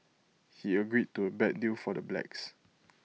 he agreed to A bad deal for the blacks